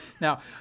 now